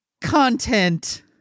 content